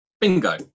Bingo